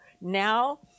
now